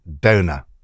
donor